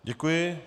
Děkuji.